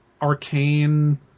arcane